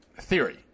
theory